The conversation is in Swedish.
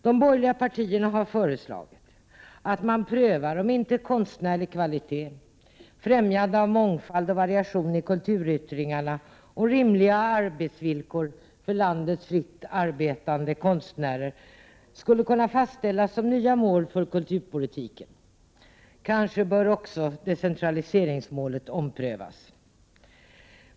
De borgerliga partierna har föreslagit att man bör pröva om inte konstnärlig kvalitet, främjande av mångfald och variation i kulturyttringarna samt rimliga arbetsvillkor för landets fritt arbetande konstnärer skulle kunna fastställas som nya mål för kulturpolitiken. Kanske bör också decentraliseringsmålet omprövas.